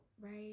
right